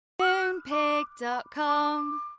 Moonpig.com